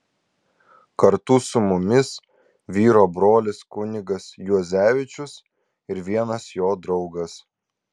kartu su mumis vyro brolis kunigas juozevičius ir vienas jo draugas